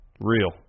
Real